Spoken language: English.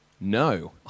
No